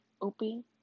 Opie